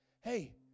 hey